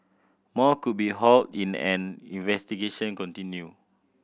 more could be hauled in an investigation continue